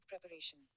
preparation